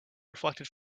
reflected